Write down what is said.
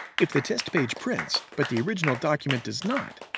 if the test page prints, but the original document does not,